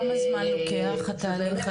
כמה זמן לוקח התהליך הזה?